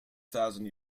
thousand